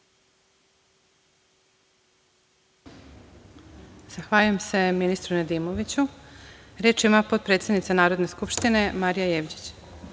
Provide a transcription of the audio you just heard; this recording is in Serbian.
Zahvaljujem se ministru Nedimoviću. Reč ima potpredsednica Narodne skupštine Marija